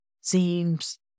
seems